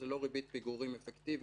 זה לא ריבית פיגורים אפקטיבית,